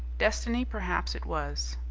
destiny perhaps it was.